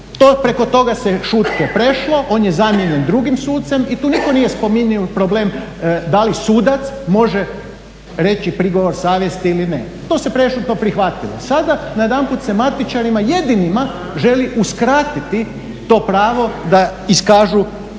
preko toga se šutke prešlo, on je zamijenjen drugim sucem i tu nitko nije spominjao problem da li sudac može reći prigovor savjesti ili ne. To se prešutno prihvatilo. Sada najedanput se matičarima jedinima želi uskratiti to pravo da iskažu